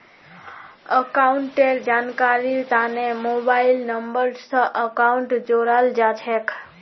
अकाउंटेर जानकारीर तने मोबाइल नम्बर स अकाउंटक जोडाल जा छेक